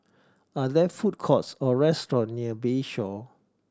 are there food courts or restaurant near Bayshore